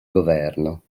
governo